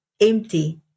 empty